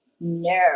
No